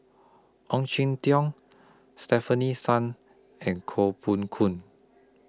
Ong Jin Teong Stefanie Sun and Koh Poh Koon